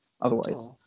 otherwise